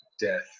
death